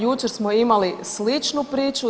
Jučer smo imali sličnu priču.